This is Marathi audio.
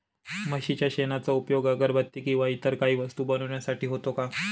म्हशीच्या शेणाचा उपयोग अगरबत्ती किंवा इतर काही वस्तू बनविण्यासाठी होतो का?